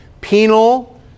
penal